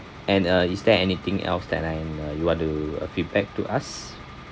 and uh is there anything else that I uh you want to uh feedback to us